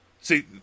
See